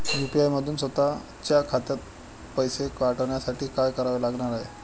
UPI मधून स्वत च्या खात्यात पैसे पाठवण्यासाठी काय करावे लागणार आहे?